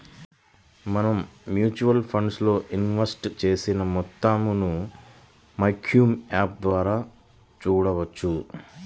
మనం mutual funds లో invest చేసిన మొత్తాలను మైక్యామ్స్ యాప్ ద్వారా చూడవచ్చు